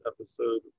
episode